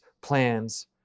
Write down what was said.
Plans